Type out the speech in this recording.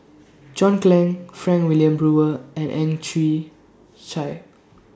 John Clang Frank Wilmin Brewer and Ang Chwee Chai